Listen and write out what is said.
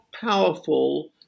powerful